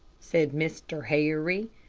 said mr. harry.